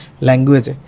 language